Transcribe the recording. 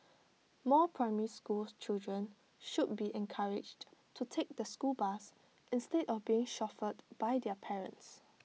more primary school children should be encouraged to take the school bus instead of being chauffeured by their parents